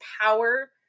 power